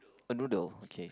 a noodle okay